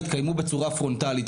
התקיימו בצורה פרונטלית.